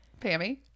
Pammy